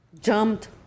jumped